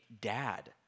dad